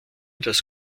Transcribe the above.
das